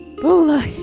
Bula